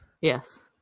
Yes